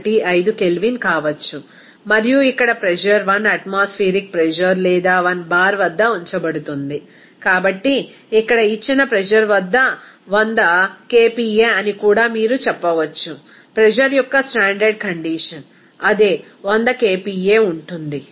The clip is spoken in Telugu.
15 కెల్విన్ కావచ్చు మరియు ఇక్కడ ప్రెజర్ 1 అట్మాస్ఫెయరిక్ ప్రెజర్ లేదా 1 బార్ వద్ద ఉంచబడుతుంది కాబట్టి ఇక్కడ ఇచ్చిన ప్రెజర్ వద్ద 100 kPa అని కూడా మీరు చెప్పవచ్చు ప్రెజర్ యొక్క స్టాండర్డ్ కండిషన్ అదే 100 kPa ఉంటుంది